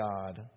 God